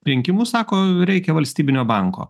rinkimus sako reikia valstybinio banko